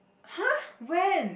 !huh! when